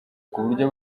kuburyo